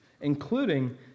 including